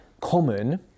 common